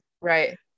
Right